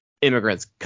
Immigrants